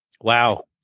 Wow